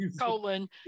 colon